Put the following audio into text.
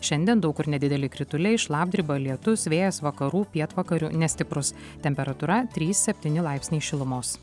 šiandien daug kur nedideli krituliai šlapdriba lietus vėjas vakarų pietvakarių nestiprus temperatūra trys septyni laipsniai šilumos